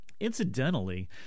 Incidentally